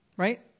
Right